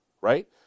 right